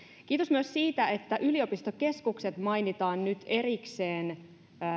kiitos myös siitä että yliopistokeskukset mainitaan nyt erikseen